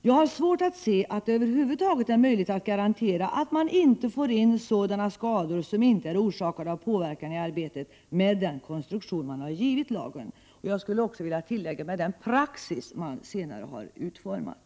Jag har svårt att se att det över huvud taget är möjligt att garantera att man inte får in sådana skador som inte är orsakade av påverkan i arbetet, med den konstruktion man har givit lagen.” Jag skulle också vilja tillägga med den praxis som senare har utbildats.